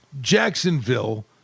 Jacksonville